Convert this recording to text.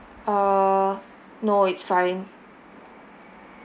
uh no it's fine